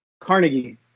carnegie